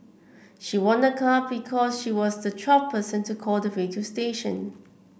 she won a car because she was the twelfth person to call the radio station